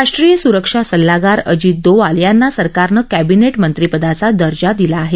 राष्टीय सुरक्षा सल्लागार अजित डोवाल यांना सरकारनं कॅबिनेट मंत्रीपदाचा दर्जा दिला आहे